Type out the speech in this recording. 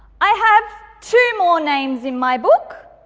i have two more names in my book